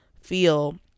feel